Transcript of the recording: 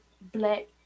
black